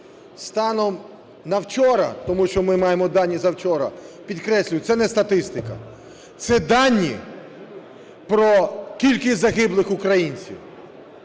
станом на вчора, тому що ми маємо дані за вчора, підкреслюю, це не статистика, це дані про кількість загиблих українців.